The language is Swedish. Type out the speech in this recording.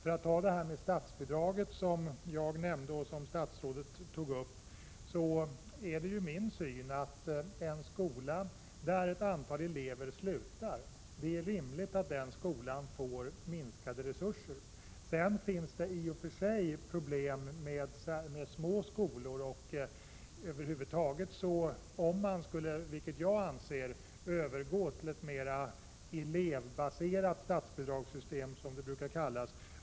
Vad gäller statsbidraget, som togs upp både av mig och av statsrådet, är min syn den att det är rimligt att en skola vars elevantal minskar får mindre resurser. Härtill kommer naturligtvis att det i sig är problem förenade med små skolor och över huvud taget med - vilket jag anser att man bör göra — att övergå till ett mera elevbaserat statsbidragssystem, som det brukar kallas.